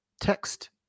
text